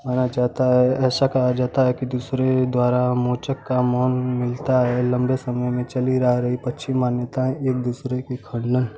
खाना चाहता है ऐसा कहा जाता है कि दूसरे द्वारा मोचक का मान मिलता है लम्बे समय में चली आ रही पक्षी मान्यता एक दूसरे के खंडन